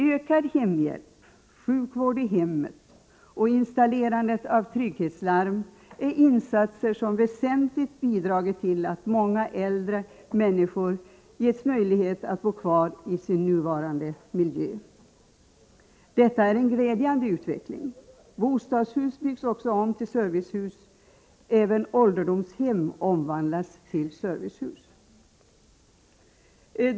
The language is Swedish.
Ökad hemhjälp, sjukvård i hemmet och installerande av trygghetslarm är insatser som väsentligt bidragit till att många äldre människor getts möjlighet att bo kvar i sin nuvarande miljö. Detta är en glädjande utveckling. Bostadshus byggs också om till servicehus. Även ålderdomshem omvandlas till servicehus.